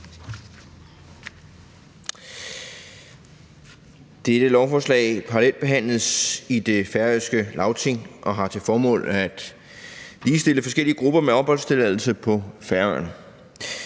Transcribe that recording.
Dette lovforslag parallelbehandles i det færøske Lagting og har til formål at ligestille forskellige grupper med opholdstilladelse på Færøerne.